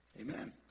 Amen